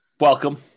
Welcome